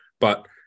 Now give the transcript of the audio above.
But-